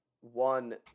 one